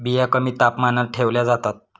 बिया कमी तापमानात ठेवल्या जातात